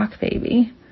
baby